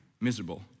miserable